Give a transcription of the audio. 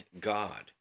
God